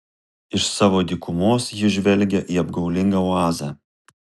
iš savo dykumos ji žvelgia į apgaulingą oazę